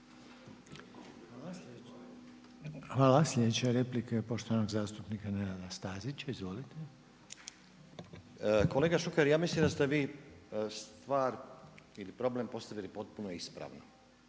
Hvala. Sljedeća replika je poštovanog zastupnika Nenada Stazića, izvolite. **Stazić, Nenad (SDP)** Kolega Šuker, ja mislim da ste vi stvar ili problem postavili potpuno ispravno.